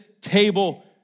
table